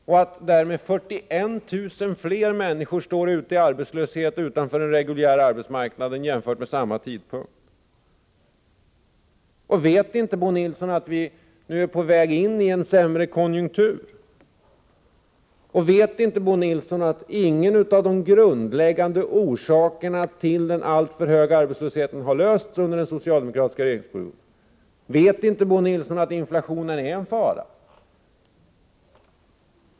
Därmed står 41 000 fler människor utanför den reguljära arbetsmarknaden — befinner sig i arbetslöshet — nu än vid samma tidpunkt än för tre år sedan. Vet inte Bo Nilsson att vi nu är på väg in i en sämre konjunktur? Och vet inte Bo Nilsson att ingen av de grundläggande orsakerna till den alltför höga arbetslösheten har undanröjts under den socialdemokratiska regeringsperioden? Vet inte Bo Nilsson att inflationen är en fara?